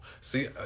See